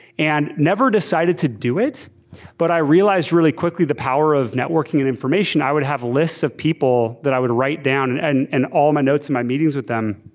and never decided to do it but i realized really quickly the power of networking and information. i would have lists of people that i would write down and and all my notes and my meetings with them.